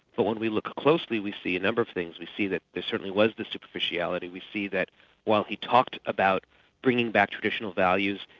but when we look closely, we see a number of things. we see that there certainly was this superficiality, we see that while he talked about bringing back traditional values,